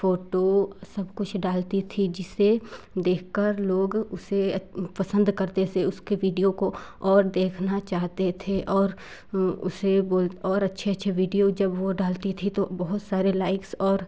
photo सब कुछ डालती थी जिससे देख कर लोग उसे अच्छे पसंद करते थे उसके वीडियो को और देखना चाहते थे और उसे कोई और अच्छे अच्छे वीडियो जब वो डालती थी तो बहुत सारे लाइक और